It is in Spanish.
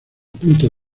punto